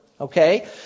okay